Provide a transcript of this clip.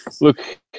look